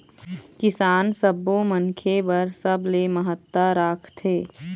किसान सब्बो मनखे बर सबले महत्ता राखथे